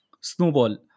snowball